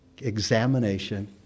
examination